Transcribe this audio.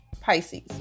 Pisces